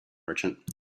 merchant